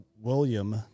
William